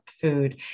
food